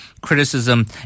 criticism